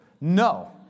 No